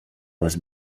was